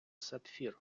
сапфір